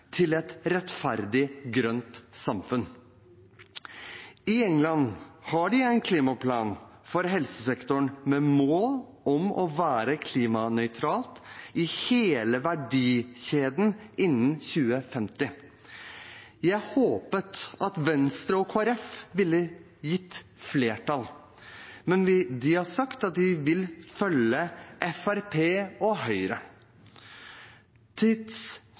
til et rettferdig grønt samfunn. I England har de en klimaplan for helsesektoren med mål om å være klimanøytral i hele verdikjeden innen 2050. Jeg hadde håpet at Venstre og Kristelig Folkeparti ville gitt flertall, men de har sagt at de vil følge Fremskrittspartiet og Høyre.